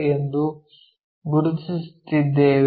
ಎಂದು ಗುರುತಿಸುತ್ತಿದ್ದೇವೆ